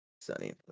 sunny